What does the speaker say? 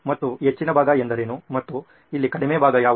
ಮತ್ತು ಹೆಚ್ಚಿನ ಭಾಗ ಎಂದರೇನು ಮತ್ತು ಇಲ್ಲಿ ಕಡಿಮೆ ಭಾಗ ಯಾವುದು